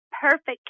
perfect